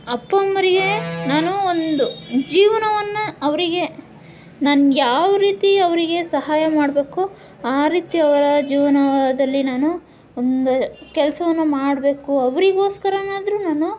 ಅಪ್ಪ ಅಮ್ಮ ಅವ್ರಿಗೆ ನಾನು ಒಂದು ಜೀವನವನ್ನು ಅವರಿಗೆ ನಾನು ಯಾವ ರೀತಿ ಅವರಿಗೆ ಸಹಾಯ ಮಾಡಬೇಕು ಆ ರೀತಿ ಅವರ ಜೀವನದಲ್ಲಿ ನಾನು ಒಂದು ಕೆಲಸವನ್ನ ಮಾಡಬೇಕು ಅವ್ರಿಗೋಸ್ಕರನಾದ್ರೂ ನಾನು